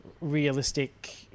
realistic